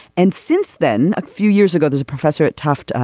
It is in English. and since then a few years ago there's a professor at tufts.